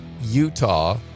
Utah